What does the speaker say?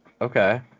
Okay